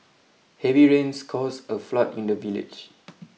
heavy rains caused a flood in the village